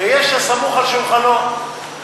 ויש "הסמוך על שולחנו",